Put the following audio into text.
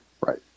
Right